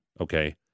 Okay